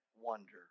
wonder